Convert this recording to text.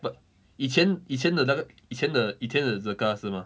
but 以前以前的那个以前的以前 zouka 是 mah